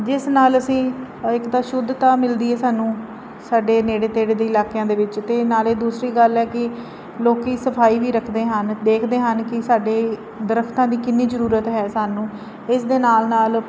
ਜਿਸ ਨਾਲ ਅਸੀਂ ਇੱਕ ਤਾਂ ਸ਼ੁੱਧਤਾ ਮਿਲਦੀ ਹੈ ਸਾਨੂੰ ਸਾਡੇ ਨੇੜੇ ਤੇੜੇ ਦੇ ਇਲਾਕਿਆਂ ਦੇ ਵਿੱਚ ਅਤੇ ਨਾਲੇ ਦੂਸਰੀ ਗੱਲ ਹੈ ਕਿ ਲੋਕੀ ਸਫਾਈ ਵੀ ਰੱਖਦੇ ਹਨ ਦੇਖਦੇ ਹਨ ਕਿ ਸਾਡੇ ਦਰਖਤਾਂ ਦੀ ਕਿੰਨੀ ਜ਼ਰੂਰਤ ਹੈ ਸਾਨੂੰ ਇਸ ਦੇ ਨਾਲ ਨਾਲ